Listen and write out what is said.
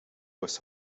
was